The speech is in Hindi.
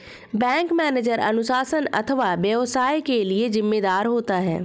बैंक मैनेजर अनुशासन अथवा व्यवसाय के लिए जिम्मेदार होता है